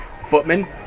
Footman